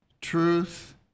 truth